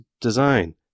design